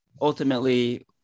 ultimately